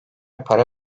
para